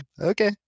Okay